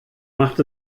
macht